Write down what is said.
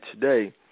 today